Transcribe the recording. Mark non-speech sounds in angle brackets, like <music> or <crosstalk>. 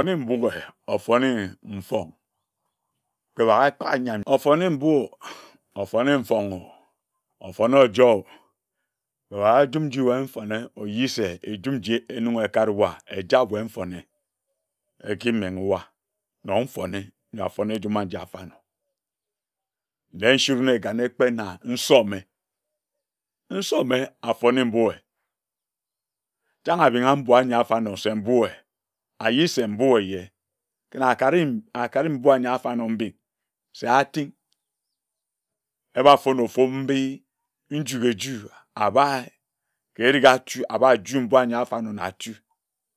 <hesitation> ofone mfong kpe baka nyam ofone mbuo ofone mfong oo ofone ojor oo kpe ba njum wae mfone oyise njum nji enonge ekari wa eja wae mfone ekimenge wa nor mfone nyor afone njuma aji afarnor je nsirine egan ekpe na nsome, nsome afone mbue chang abinga mbui anyi afarnor se mbue ayi se mbue eye ken akari mbui anyi afarnor mbid se atin, eba fon ofu mbi nju eju abae kerig atu abaju mbui anyi afarnor natu